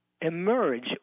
emerge